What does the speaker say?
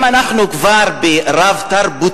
אם אנחנו כבר ברב-תרבותיות,